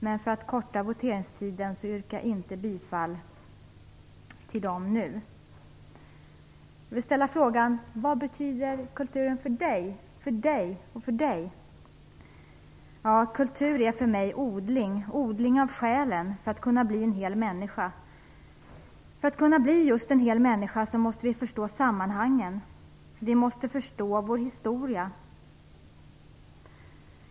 Men för att korta voteringstiden yrkar jag inte bifall till dem nu. Jag vill ställa frågan: Vad betyder kulturen för dig, för dig och för dig? Kultur är för mig odling, odling av själen. För att kunna bli en hel människa måste vi förstå sammanhangen. Vi måste förstå vår historia.